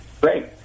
Great